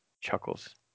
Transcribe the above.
chuckles